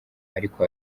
ariko